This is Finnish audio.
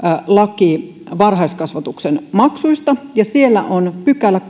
lain varhaiskasvatuksen maksuista ja siellä on kolmastoista pykälä